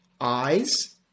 eyes